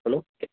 hello